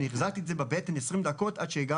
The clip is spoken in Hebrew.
אני החזקתי את זה בבטן 20 דקות עד שהגענו,